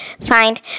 find